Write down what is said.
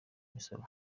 imisoro